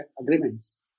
agreements